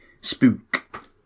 Spook